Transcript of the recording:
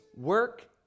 work